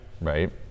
right